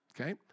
Okay